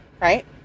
right